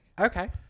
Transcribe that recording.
Okay